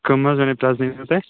کَم حظ مےٚ نَے تُہۍ